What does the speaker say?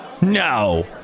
no